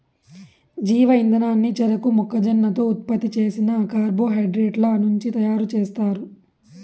జీవ ఇంధనాన్ని చెరకు, మొక్కజొన్నతో ఉత్పత్తి చేసిన కార్బోహైడ్రేట్ల నుంచి తయారుచేస్తారు